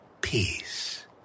Peace